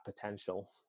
potential